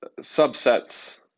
subsets